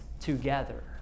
together